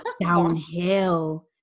downhill